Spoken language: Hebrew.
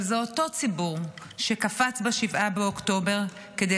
אבל זה אותו ציבור שקפץ ב-7 באוקטובר כדי